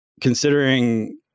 considering